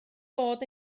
bod